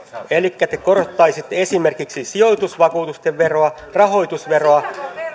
elikkä te korottaisitte esimerkiksi sijoitusvakuutusten veroa rahoitusveroa